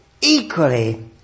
equally